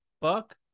Buck